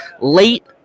Late